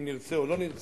אם נרצה או לא נרצה,